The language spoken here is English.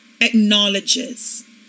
acknowledges